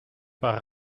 par